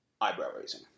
eyebrow-raising